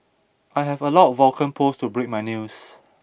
I have allowed Vulcan post to break my news